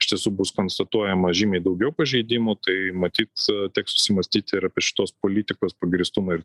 iš tiesų bus konstatuojama žymiai daugiau pažeidimų tai matyt teks susimąstyti ir apie šitos politikos pagrįstumą ir